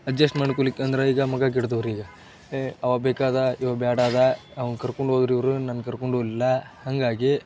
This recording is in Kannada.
ಅಜ್ಜೆಸ್ಟ್ ಮಾಡ್ಕೊಳ್ಲಿಕ್ ಅಂದ್ರೆ ಈಗ ಮಗ ಏಯ್ ಅವ ಬೇಕಾದವ ಇವ ಬೇಡಾದ ಅವ್ನ ಕರ್ಕೊಂಡೋದ್ರೆ ಇವರು ನನ್ನ ಕರ್ಕೊಂಡೋಗ್ಲಿಲ್ಲ ಹಾಗಾಗಿ